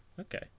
Okay